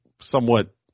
somewhat